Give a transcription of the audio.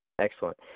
Excellent